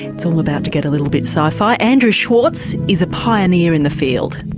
it's all about to get a little bit sci-fi andrew schwartz is a pioneer in the field.